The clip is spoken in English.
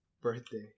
birthday